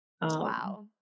wow